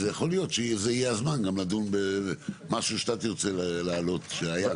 אז יכול להיות שזה יהיה הזמן גם לדון במשהו שאתה תרצה להעלות שהיה.